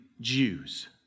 Jews